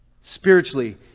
Spiritually